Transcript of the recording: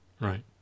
Right